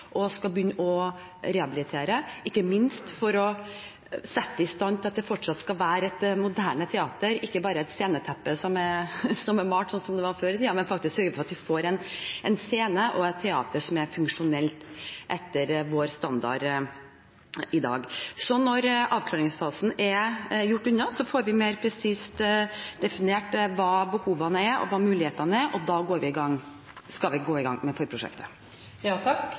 å rehabilitere, ikke minst for å sette det i stand til fortsatt å være et moderne teater – ikke bare et sceneteppe som er malt, slik det var før i tiden. Vi skal sørge for at vi får en scene og et teater som er funksjonelt etter våre standarder i dag. Når avklaringsfasen er gjort unna, får vi mer presist definert hva behovene er, og hva mulighetene er, og da skal vi gå i gang med det fulle prosjektet. Snorre Serigstad Valen – til oppfølgingsspørsmål. Da gjenstår bare spørsmålet: Når kommer vi i gang med